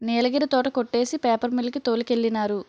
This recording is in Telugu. నీలగిరి తోట కొట్టేసి పేపర్ మిల్లు కి తోలికెళ్ళినారు